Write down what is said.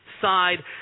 side